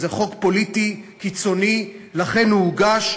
זה חוק פוליטי קיצוני, לכן הוא הוגש.